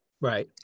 Right